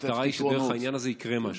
המטרה היא שדרך העניין הזה יקרה משהו.